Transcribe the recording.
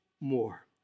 more